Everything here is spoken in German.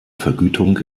vergütung